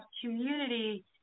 community